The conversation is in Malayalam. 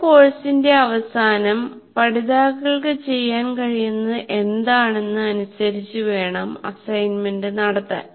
ഒരു കോഴ്സിന്റെ അവസാനം പഠിതാക്കൾക്ക് ചെയ്യാൻ കഴിയുന്നത് എന്താണെന്ന് അനുസരിച്ച് വേണം അസ്സെസ്സ്മെന്റ് നടത്താൻ